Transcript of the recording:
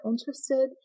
interested